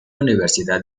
universidad